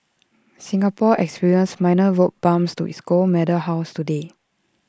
Singapore experienced minor road bumps to its gold medals hauls today